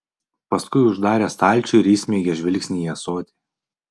paskui uždarė stalčių ir įsmeigė žvilgsnį į ąsotį